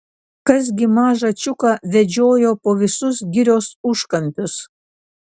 kas gi mažą čiuką vedžiojo po visus girios užkampius